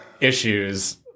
issues